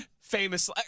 famous